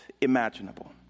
imaginable